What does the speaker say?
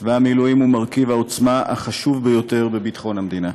צבא המילואים הוא מרכיב העוצמה החשוב ביותר בביטחון המדינה.